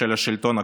של השלטון הקודם.